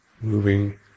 moving